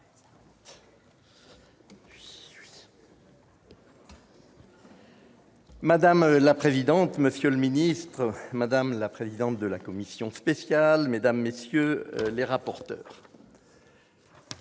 Madame la présidente, monsieur le ministre, madame la présidente de la commission spéciale, madame, messieurs les rapporteurs,